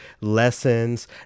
lessons